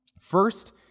First